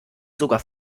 sogar